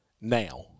now